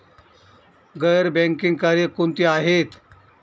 गैर बँकिंग कार्य कोणती आहेत?